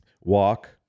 walk